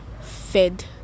fed